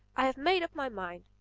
i have made up my mind.